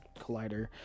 collider